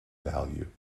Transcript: value